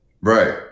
Right